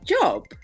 job